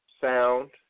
sound